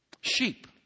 Sheep